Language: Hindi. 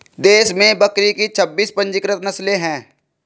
देश में बकरी की छब्बीस पंजीकृत नस्लें हैं